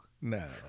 No